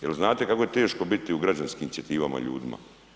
Jel znate kako je teško biti u građanskim inicijativama ljudima?